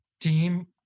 team